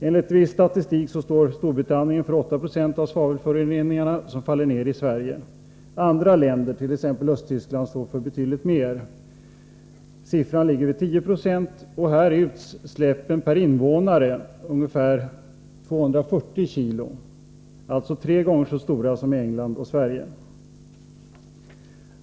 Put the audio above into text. Enligt viss statistik står Storbritannien för 8 20 av de svavelföroreningar som faller ned i Sverige. Andra länder, t.ex. Östtyskland, står för betydligt mer -— siffran ligger vid 10 26, och här är utsläppen per invånare och år ungefär 240 kg, alltså tre gånger så stora som i England och Sverige.